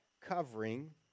covering